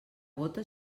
gota